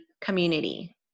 community